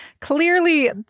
clearly